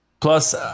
Plus